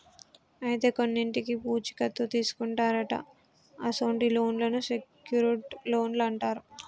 అయితే కొన్నింటికి పూచీ కత్తు తీసుకుంటారట అసొంటి లోన్లను సెక్యూర్ట్ లోన్లు అంటారు